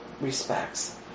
respects